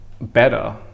better